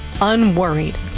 Unworried